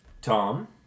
Tom